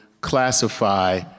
classify